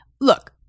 look